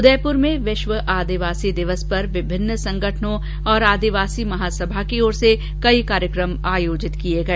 उदयप्र में विश्व आदिवासी दिवस पर विभिन्न संगठनों और आदिवासी महासभा की ओर से कई कार्यक्रम आयोजित किए गए